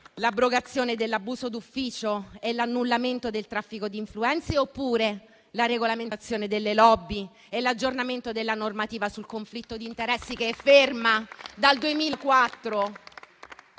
l'abrogazione dell'abuso d'ufficio e l'annullamento del traffico di influenze oppure la regolamentazione delle *lobby* e l'aggiornamento della normativa sul conflitto di interessi, che è ferma dal 2004?